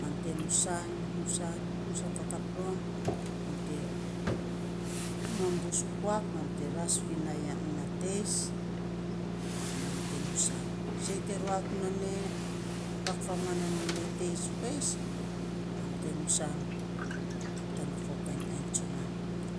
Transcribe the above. Mam te nusan, nusan fakap rom, mam te nom bus puak mam te ras na ya teis ana mam te nusan, sei te ruak non ne, ruak famuan non teis foeis mam te nusan tana fo kainy ainy tsumam